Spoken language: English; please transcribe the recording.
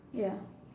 ya